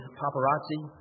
paparazzi